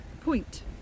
point